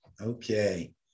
Okay